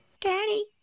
Daddy